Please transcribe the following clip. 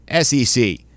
SEC